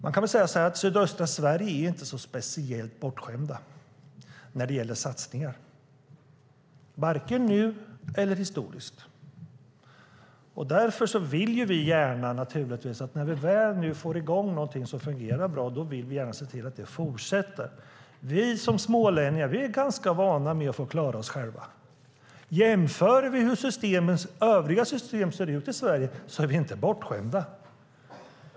Man kan väl säga så här: Sydöstra Sverige är inte speciellt bortskämt när det gäller satsningar - varken nu eller historiskt. När vi nu väl får i gång någonting som fungerar bra vill vi naturligtvis gärna se till att det fortsätter. Vi smålänningar är ganska vana vid att få klara oss själva. Om vi jämför med hur övriga system ser ut i Sverige ser vi att vi inte är bortskämda.